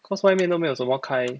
cause 外面都没有什么开